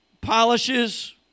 polishes